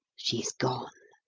she is gone!